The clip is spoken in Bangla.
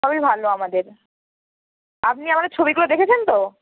সবই ভালো আমাদের আপনি আমাদের ছবিগুলো দেখেছেন তো